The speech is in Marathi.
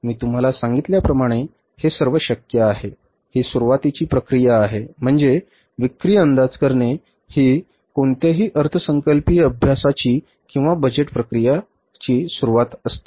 मी तुम्हाला सांगितल्याप्रमाणे हे सर्व शक्य आहे ही सुरुवातीची प्रक्रिया आहे म्हणजे विक्री अंदाज करणे ही कोणत्याही अर्थसंकल्पीय अभ्यासाची किंवा बजेट प्रक्रियेची सुरुवात असते